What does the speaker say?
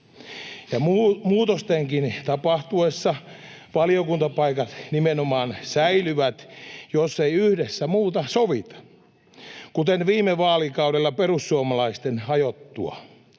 muutostenkin tapahtuessa valiokuntapaikat nimenomaan säilyvät, jos ei yhdessä muuta sovita, kuten viime vaalikaudella perussuomalaisten hajottua